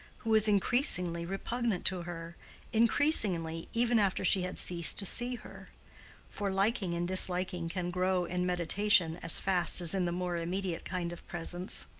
who was increasingly repugnant to her increasingly, even after she had ceased to see her for liking and disliking can grow in meditation as fast as in the more immediate kind of presence.